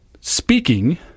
Speaking